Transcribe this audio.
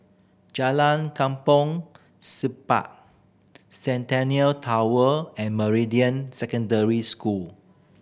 Jalan Kampong Siglap Centennial Tower and Meridian Secondary School